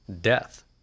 Death